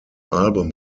album